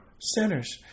sinners